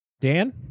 dan